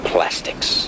Plastics